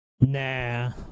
Nah